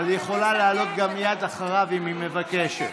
אבל היא יכולה לעלות גם מייד אחריו, אם היא מבקשת.